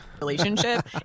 relationship